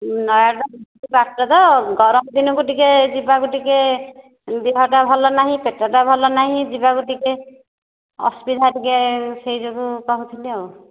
ନୟାଗଡ଼ା ବେଶୀ ବାଟ ତ ଗରମ ଦିନକୁ ଯିବାକୁ ଟିକିଏ ଦେହଟା ଭଲ ନାହିଁ ପେଟଟା ଭଲ ନାହିଁ ଯିବାକୁ ଟିକିଏ ଅସୁବିଧା ଟିକିଏ ସେହି ଯୋଗୁଁ କହୁଥିଲି ଆଉ